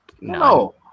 No